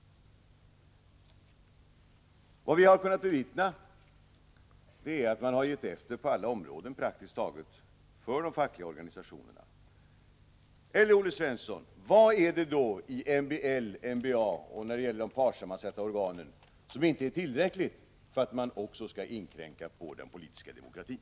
Vad vi har kunnat bevittna är att utskottet på praktiskt taget alla områden ger efter för de fackliga organisationernas krav. Vad är det då, Olle Svensson, i MBL, MBA och i de partssammansatta organen som inte är tillräckligt för att man inte dessutom skall inskränka den politiska demokratin?